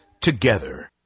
together